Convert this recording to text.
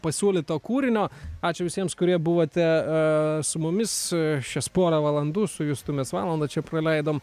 pasiūlyto kūrinio ačiū visiems kurie buvote su mumis šias porą valandų su justu mes valandą čia praleidom